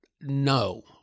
No